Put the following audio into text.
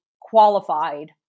qualified